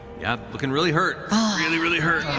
yeah, looking really hurt. ah really, really hurt.